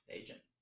agent